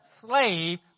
slave